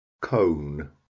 cone